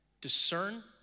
Discern